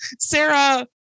Sarah